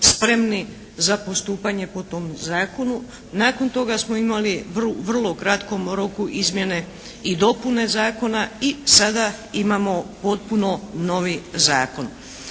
spremni za postupanje po tom zakonu. Nakon toga smo imali u vrlo kratkom roku izmjene i dopune zakona i sada imamo potpuno novi zakon.